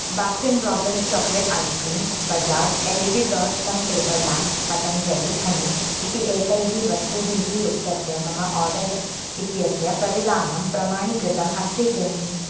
Baskin Robbins chocolate ice cream Bajaj L E D torch cum table lamp Patanjali honey इति एतैः वस्तूभिः युक्तस्य मम आर्डर् इत्यस्य प्रतिदानं प्रमाणीकृतम् अस्ति किम्